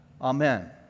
Amen